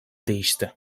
değişti